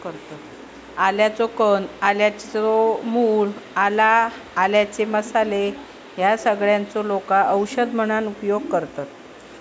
आल्याचो कंद, आल्याच्या मूळ, आला, आल्याचे मसाले ह्या सगळ्यांचो लोका औषध म्हणून उपयोग करतत